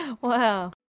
Wow